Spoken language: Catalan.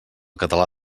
català